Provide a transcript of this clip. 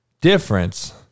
difference